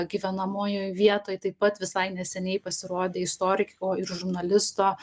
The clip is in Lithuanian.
gyvenamojoj vietoj taip pat visai neseniai pasirodė istoriko ir žurnalisto